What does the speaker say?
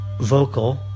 vocal